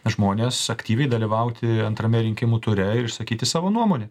žmones aktyviai dalyvauti antrame rinkimų ture ir išsakyti savo nuomonę